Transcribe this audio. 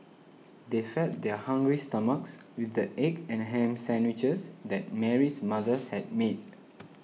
they fed their hungry stomachs with the egg and ham sandwiches that Mary's mother had made